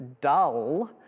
dull